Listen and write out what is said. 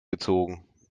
gezogen